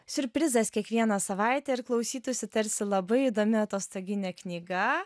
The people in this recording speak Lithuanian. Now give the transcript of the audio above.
siurprizas kiekvieną savaitę ir klausytųsi tarsi labai įdomi atostoginė knyga